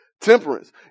temperance